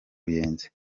ruyenzi